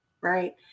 right